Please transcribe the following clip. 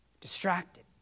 Distracted